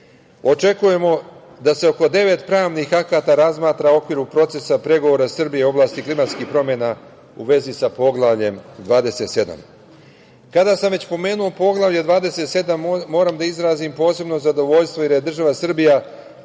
Očekujemo da se oko devet pravnih akata razmatra u okviru procesa pregovora Srbije u oblasti klimatskih promena u vezi sa Poglavljem 27. Kada sam već pomenuo Poglavlje 27, moram da izrazim posebno zadovoljstvo jer je država Srbija